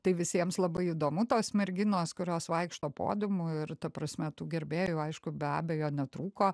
tai visiems labai įdomu tos merginos kurios vaikšto podiumu ir ta prasme tu gerbėjų aišku be abejo netrūko